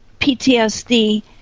ptsd